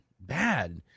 bad